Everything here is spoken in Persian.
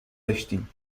داشتیم